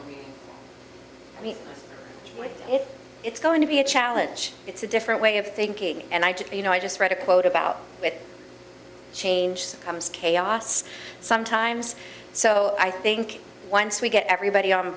want if it's going to be a challenge it's a different way of thinking and i just you know i just read a quote about it change comes chaos sometimes so i think once we get everybody on